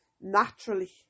naturally